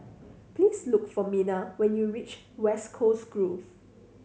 please look for Minna when you reach West Coast Grove